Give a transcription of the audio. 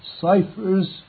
ciphers